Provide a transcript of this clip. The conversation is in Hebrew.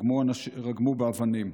רגמו באבנים.